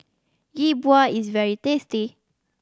Yi Bua is very tasty